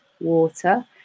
water